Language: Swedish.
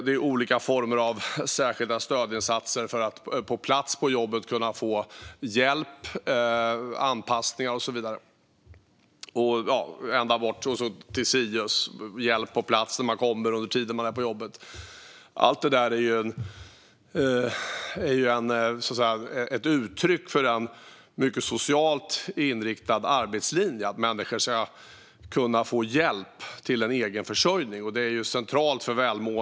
Det är olika former av särskilda stödinsatser för att på plats på jobbet kunna få hjälp, anpassningar och så vidare - hela vägen till SIUS, med hjälp på plats när man är på jobbet. Allt detta är ett uttryck för en mycket socialt inriktad arbetslinje. Människor ska kunna få hjälp till egenförsörjning.